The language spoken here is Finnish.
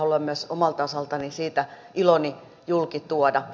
haluan myös omalta osaltani siitä iloni julki tuoda